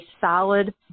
solid